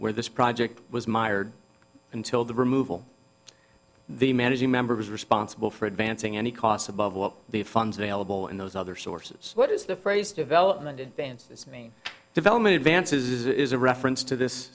where this project was mired until the removal the managing members responsible for advancing any costs above what the funds available in those other sources what is the phrase development advances mean development advances is a reference to this